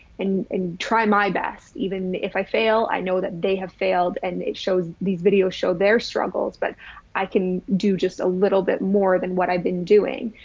and and try my best. even if i fail, i know that have failed. and it shows these videos showed their struggles, but i can do just a little bit more than what i've been doing.